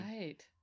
Right